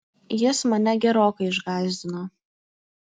jis mane gerokai išgąsdino